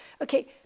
Okay